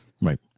Right